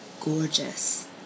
gorgeous